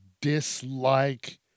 dislike